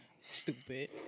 stupid